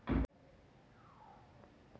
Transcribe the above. महिन्याला किती मुद्दल फेडावी लागेल?